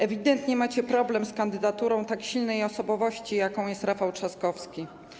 Ewidentnie macie problem z kandydaturą tak silnej osobowości, jaką jest Rafał Trzaskowski.